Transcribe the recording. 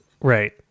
Right